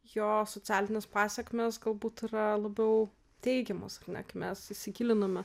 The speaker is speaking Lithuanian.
jo socialinės pasekmės galbūt yra labiau teigiamos ar ne kai mes įsigilinome